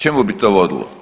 Čemu bi to vodilo?